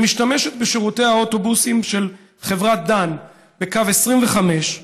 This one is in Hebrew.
שמשתמשת בשירותי האוטובוסים של חברת דן בקו 25,